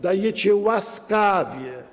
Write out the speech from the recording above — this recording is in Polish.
Dajecie łaskawie.